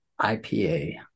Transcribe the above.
IPA